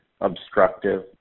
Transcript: Obstructive